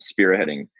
spearheading